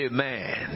Amen